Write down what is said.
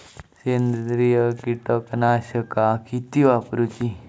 सेंद्रिय कीटकनाशका किती वापरूची?